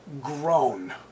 grown